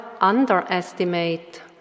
underestimate